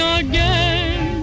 again